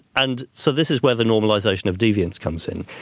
and so this is where the normalization of deviance comes in,